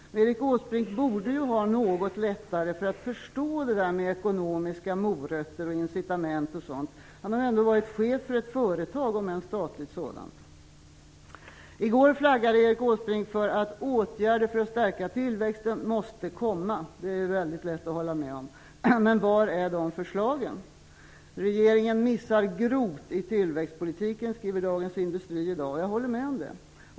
Erik Åsbrink borde ju ha något lättare att förstå det där med ekonomiska morötter och incitament o.d. Han har ju ändå har varit chef för ett företag, om än ett statligt sådant. I går flaggade Erik Åsbrink för att åtgärder för att stärka tillväxten måste komma. Det är ju väldigt lätt att hålla med om. Men var är de förslagen? Regeringen missar grovt i tillväxtpolitiken, skriver Dagens Industri i dag. Jag håller med om det.